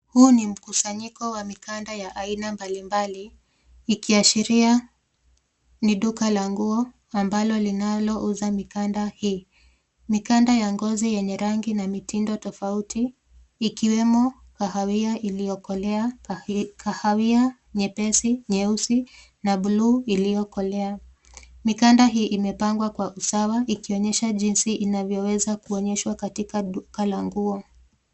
Huu ni mkusanyiko wa mikanda ya aina mbalimbali ikiashiria ni duka la nguo ambalo linalouza mikanda hii. Mikanda ya ngozi yenye rangi na mitindo tofauti ikiwemo kahawia iliyokolea, kahawia nyepesi nyeusi na buluu iliyokolea. Mikanda hii imepangwa kwa usawa ikionyesha jinsi inavyoweza kuonyeshwa katika duka la nguo.